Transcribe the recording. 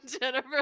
jennifer